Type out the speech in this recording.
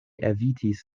evitis